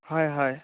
হয় হয়